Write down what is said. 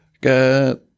Got